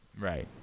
Right